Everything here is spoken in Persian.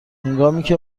هنگامیکه